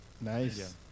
nice